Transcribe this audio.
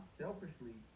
selfishly